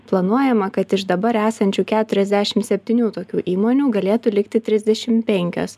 planuojama kad iš dabar esančių keturiasdešim septynių tokių įmonių galėtų likti trisdešim penkios